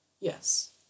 Yes